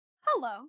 Hello